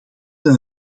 een